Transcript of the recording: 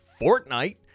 Fortnite